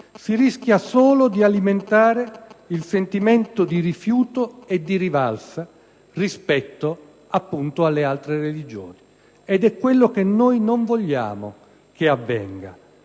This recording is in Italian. si rischia solo di alimentare il sentimento di rifiuto e di rivalsa rispetto alle altre religioni. Ed è quello che non vogliamo che avvenga.